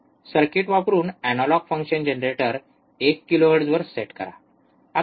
circuit वापरुन analogue function generator 1 किलोहर्ट्झवर set करा